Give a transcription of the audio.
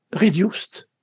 reduced